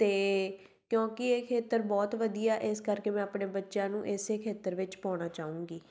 ਅਤੇ ਕਿਉਂਕਿ ਇਹ ਖੇਤਰ ਬਹੁਤ ਵਧੀਆ ਇਸ ਕਰਕੇ ਮੈਂ ਆਪਣੇ ਬੱਚਿਆਂ ਨੂੰ ਇਸੇ ਖੇਤਰ ਵਿੱਚ ਪਾਉਣਾ ਚਾਹੂੰਗੀ